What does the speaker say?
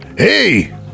Hey